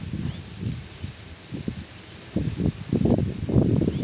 ব্যষ্টিক অর্থনীতি বিজ্ঞানের একটি বিশেষ ভাগ যেটাতে কোনো ব্যবসার বা মানুষের অর্থনীতি দেখা হয়